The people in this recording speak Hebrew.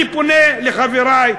אני פונה לחברי,